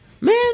man